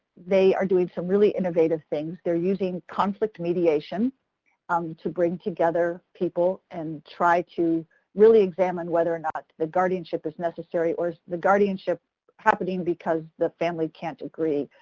they are doing some really innovative things. they're using conflict mediation um to bring together people and try to really examine whether or not the guardianship is necessary or is the guardianship happening because the family can't agree?